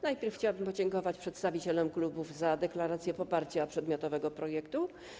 Najpierw chciałabym podziękować przedstawicielom klubów za deklarację poparcia przedmiotowego projektu.